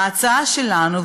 ההצעה שלנו,